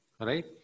right